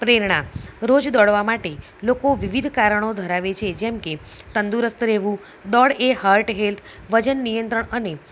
પ્રેરણા રોજ દોડવાં માટે લોકો વિવિધ કારણો ધરાવે છે જેમ કે તંદુરસ્ત રહેવું દોડ એ હાર્ટ હેલ્થ વજન નિયંત્રણ અને